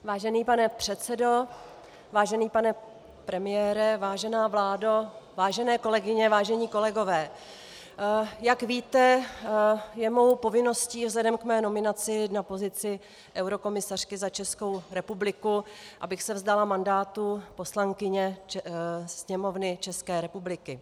Vážený pane předsedo, vážený pane premiére, vážená vládo, vážené kolegyně, vážení kolegové, jak víte, je mou povinností vzhledem k mé nominaci na pozici eurokomisařky za Českou republiku, abych se vzdala mandátu poslankyně Sněmovny České republiky.